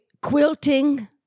quilting